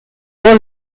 was